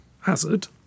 hazard